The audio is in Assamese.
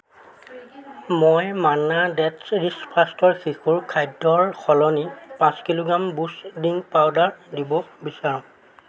মই মান্না ডেট্ছ ৰিচ ফাৰ্ষ্টৰ শিশুৰ খাদ্যৰ সলনি পাঁচ কিলোগ্ৰাম বুষ্ট ড্ৰিংক পাউদাৰ দিব বিচাৰোঁ